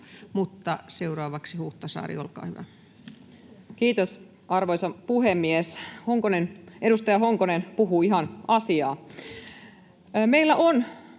— Seuraavaksi Huhtasaari, olkaa hyvä. Kiitos, arvoisa puhemies! Edustaja Honkonen puhuu ihan asiaa. — Meillä on